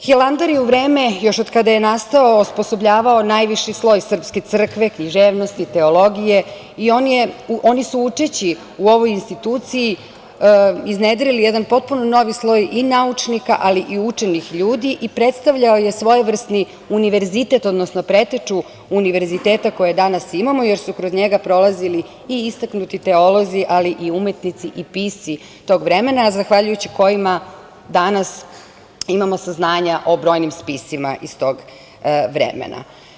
Hilandar je u vreme još od kada je nastao osposobljavao najviši sloj srpske crkve, književnosti, teologije i oni su učeći u ovoj instituciji iznedrili jedan potpuno novi sloj i naučnika ali i učenih ljudi i predstavljao je svojevrsni univerzitet odnosno preteču univerziteta koje danas imamo, jer su kroz njega prolazili i istaknuti teolozi, ali i umetnici i pisci tog vremena, a zahvaljujući kojima danas imamo saznanja o brojnim spisima iz tog vremena.